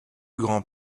grand